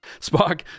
Spock